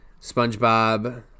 Spongebob